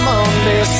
Monday